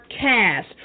cast